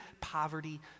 poverty